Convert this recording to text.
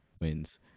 wins